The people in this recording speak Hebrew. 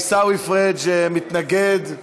עיסאווי פריג' מתנגד.